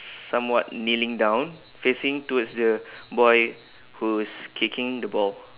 somewhat kneeling down facing towards the boy who's kicking the ball